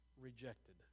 rejected